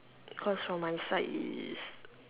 cause from my side is